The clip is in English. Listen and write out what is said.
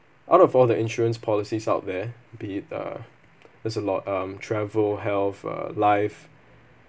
out of all the insurance policies out there be it uh is a lot um travel health uh life